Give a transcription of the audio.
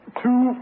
two